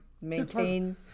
maintain